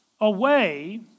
away